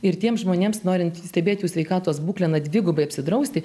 ir tiems žmonėms norintys stebėti jų sveikatos būklę na dvigubai apsidrausti